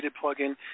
plug-in